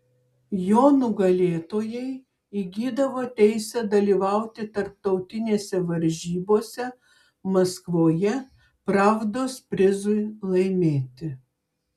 jo nugalėtojai įgydavo teisę dalyvauti tarptautinėse varžybose maskvoje pravdos prizui laimėti